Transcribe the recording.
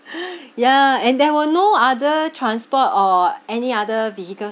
ya and there were no other transport or any other vehicles